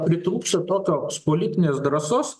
pritrūksta tokios politinės drąsos